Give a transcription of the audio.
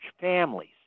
families